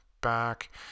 back